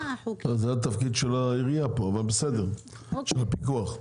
פה זה התפקיד של העירייה, יש לך פיקוח.